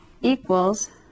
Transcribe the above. equals